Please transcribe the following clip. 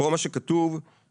מה שכתוב פה זה: